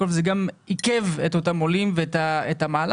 זה גם עיכב את אותם עולים ואת המהלך.